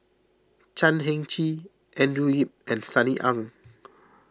Chan Heng Chee Andrew Yip and Sunny Ang